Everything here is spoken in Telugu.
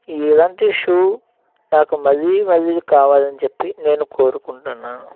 ఇలాంటి షూ నాకు మళ్ళీ మళ్ళీ కావాలని చెప్పి నేను కోరుకుంటున్నాను